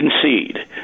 concede